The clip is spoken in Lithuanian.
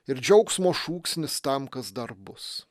ir džiaugsmo šūksnis tam kas dar bus